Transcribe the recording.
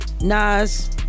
Nas